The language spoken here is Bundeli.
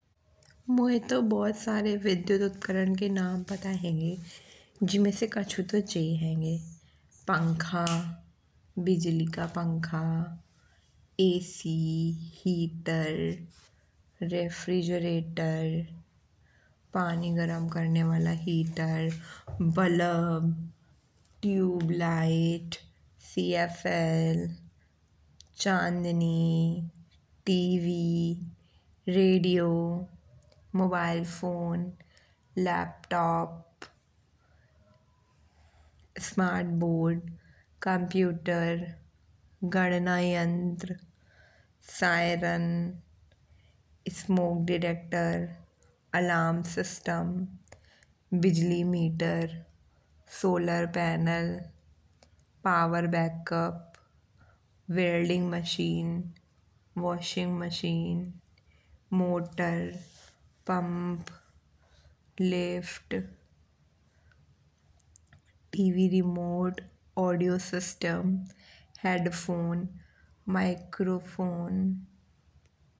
मोए तो बहुत सारे विद्यु‍त उपकरण के नाम पता होंगे। जिमे से कछू तो जे होंगे पंखा, बिजली का पंखा, एसी, हीटर, रेफ्रिजरेटर, पानी गरम करने वाला हीटर, बल्ब, ट्यूबलाइट, सीएफएल, चांदनी, TV, radio, mobile phone. Laptop, smart board, computer, गणनायंत्र, siren, smoke detector, alarm system, बिजली meter, solar panel, power backup, welding machine, washing machine. Motor pump, lift, TV remote, audio system, headphone, microphone.